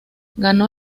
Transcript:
ganó